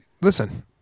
listen